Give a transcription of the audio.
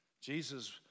Jesus